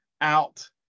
out